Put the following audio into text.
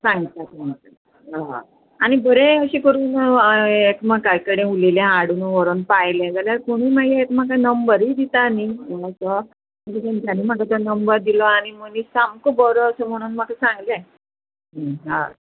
सांगता सांगता हय आनी बरें अशें करून एकामेका कडेन उलयलें हाडून व्हरोन पायलें जाल्यार कोणूय मागीर एकामेका नंबरूय दिता न्ही असो तेंच्यानी म्हाका तो नंबर दिलो आनी मनीस सामको बरो असो म्हणून म्हाका सांगलें हय